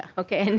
um okay. and